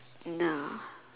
no